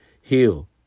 heal